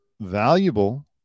valuable